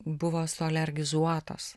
buvo sualergizuotos